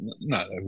no